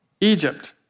Egypt